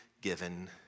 given